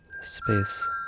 Space